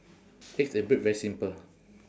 eggs and bread very simple